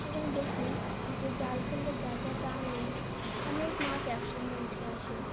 সেখানে দেখি যে জাল ফেললে জালটা টানলে অনেক মাছ একসঙ্গে উঠে আসে